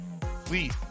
please